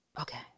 Okay